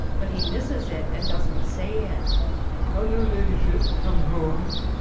but he misses it and doesn't say it. has her ladyship come home?